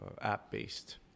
app-based